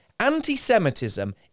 Anti-Semitism